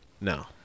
No